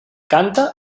canta